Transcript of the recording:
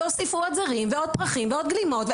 והוסיפו עוד זרים ועוד פרחים ועוד גלימות,